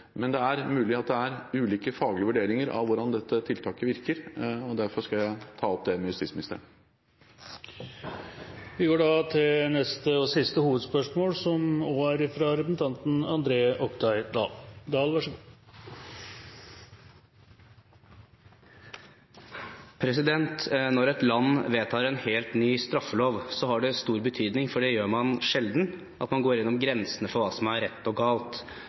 Men det er mulig at det er ulike faglige vurderinger av hvordan dette tiltaket virker, og derfor skal jeg ta det opp med justisministeren. Vi går da til dagens siste hovedspørsmål. Når et land vedtar en helt ny straffelov, har det stor betydning, for det er sjelden at man går igjennom grensene for hva som er rett og galt